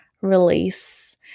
release